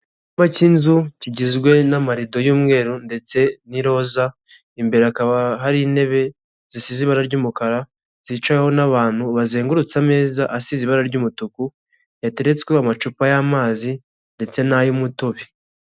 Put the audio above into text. Icyumba cy'inzu kigizwe n'amarido y'umweru ndetse n'iroza, imbere hakaba hari intebe zisize ibara ry'umukara, zicaweho n'abantu bazengurutse ameza asize ibara ry'umutuku, yateretsweho amacupa y'amazi ndetse n'ay'umutobe.